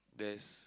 there's